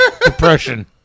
depression